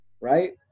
right